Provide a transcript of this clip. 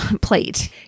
plate